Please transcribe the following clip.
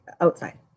outside